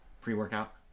pre-workout